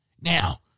Now